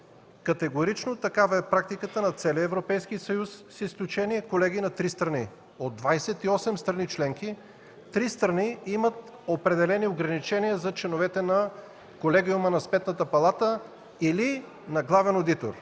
Категорично такава е практиката в целия Европейския съюз, колеги, с изключение на три страни. От 28 страни членки три страни имат определени ограничения за членовете на Колегиума на Сметната палата или на главен одитор.